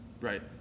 Right